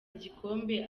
igikombe